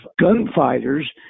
gunfighters